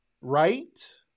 right